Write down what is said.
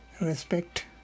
respect